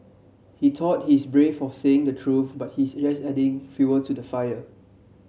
he thought he's brave for saying the truth but he's just adding fuel to the fire